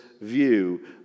view